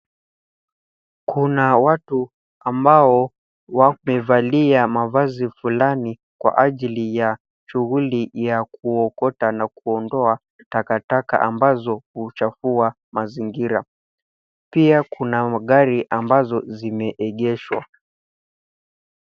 Kuna watu ambao wamevalia mavazi fulani kwa ajili ya shughuli ya kuokota na kuondoa takataka ambazo huchafua mazingira. Pia kuna magari ambazo zimeegeshwa.